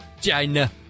China